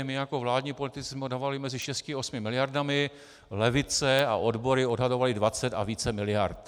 My jako vládní politici jsme odhadovali mezi 6 až 8 miliardami, levice a odbory odhadovaly 20 a více miliard.